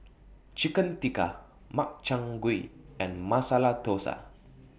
Chicken Tikka Makchang Gui and Masala Dosa